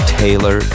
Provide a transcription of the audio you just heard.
taylor